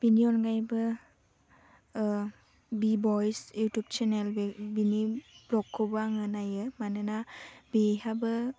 बिनि अनगायैबो बि बयस युउटुब चेनेल बिनि ब्ल'गखौबो आङो नायो मानोना बेहाबो